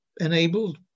enabled